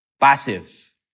Passive